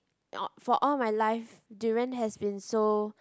a~ for all my life durian has been so